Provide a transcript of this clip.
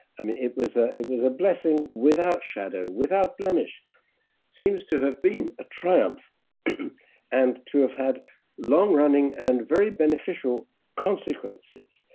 um it was ah it was a blessing without shadow, without blemish seems to have been a triumph and to have had long running and very beneficial consequences.